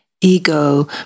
ego